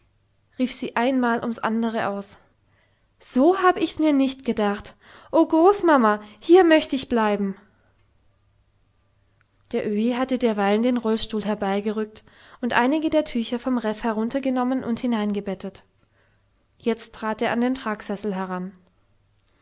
rief sie einmal ums andere aus so hab ich mir's nicht gedacht o großmama hier möcht ich bleiben der öhi hatte derweilen den rollstuhl herbeigerückt und einige der tücher vom reff heruntergenommen und hineingebettet jetzt trat er an den tragsessel heran